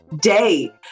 day